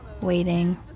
waiting